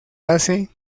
hace